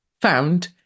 found